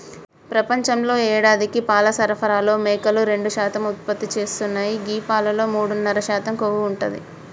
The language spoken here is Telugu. ప్రపంచంలో యేడాదికి పాల సరఫరాలో మేకలు రెండు శాతం ఉత్పత్తి చేస్తున్నాయి గీ పాలలో మూడున్నర శాతం కొవ్వు ఉంటది